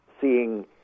seeing